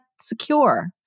secure